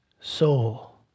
soul